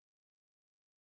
k I see